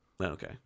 Okay